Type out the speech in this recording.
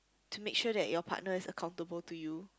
to make sure that your partner is accountable to you